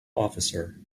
officer